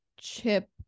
chip